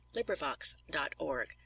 LibriVox.org